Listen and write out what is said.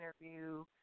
interview